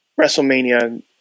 WrestleMania